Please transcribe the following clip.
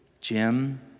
Jim